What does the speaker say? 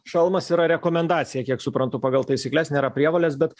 šalmas yra rekomendacija kiek suprantu pagal taisykles nėra prievolės bet